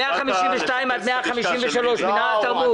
152 153, מינהל התרבות.